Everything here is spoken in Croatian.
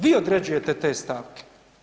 Vi određujete te stavke.